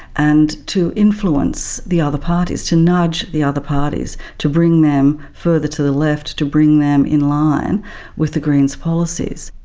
and to influence the other parties, to nudge the other parties, to bring them further to the left, to bring them in line with the greens' policies.